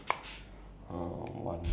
then it's like actually quite near ah